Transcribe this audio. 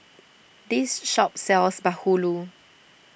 this shop sells Bahulu